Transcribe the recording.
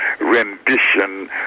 rendition